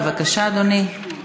בבקשה, אדוני.